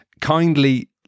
kindly